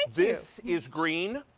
this is green.